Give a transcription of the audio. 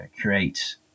create